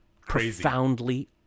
profoundly